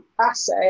assay